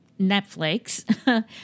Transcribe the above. Netflix